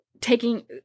taking